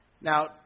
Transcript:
Now